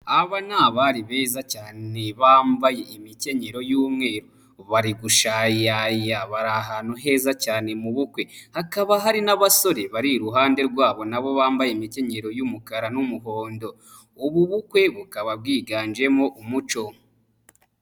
Aba ni abari beza cyane bambaye imikenyero y'umweru. Bari gushayaya bari ahantu heza cyane mu bukwe, hakaba hari n'abasore bari iruhande rwabo nabo bambaye imikenyero y'umukara n'umuhondo. Ubu bukwe bukaba bwiganjemo umuco.